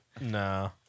No